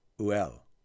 Uel